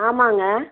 ஆமாங்க